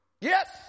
Yes